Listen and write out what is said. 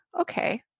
Okay